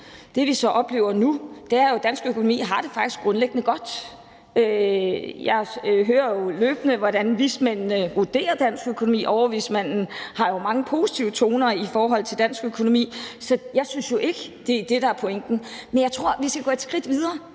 Det, vi så oplever nu, er jo, at dansk økonomi faktisk grundlæggende har det godt. Jeg hører løbende, hvordan vismændene vurderer dansk økonomi, og der lyder jo mange positive toner fra overvismanden om dansk økonomi, så jeg synes jo ikke, at det er det, der er pointen. Men jeg tror, vi skal gå et skridt videre,